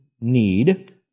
need